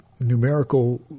numerical